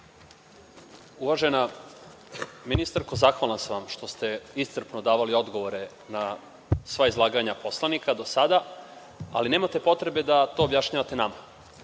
Uvažena ministarko, zahvalan sam vam što ste iscrpno davali odgovore na sva izlaganja poslanika do sada, ali nemate potrebe da to objašnjavate nama